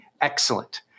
excellent